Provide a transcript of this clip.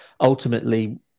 ultimately